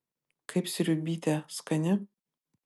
kaip sriubytė skani